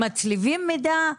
מצליבים מידע?